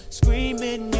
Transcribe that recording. screaming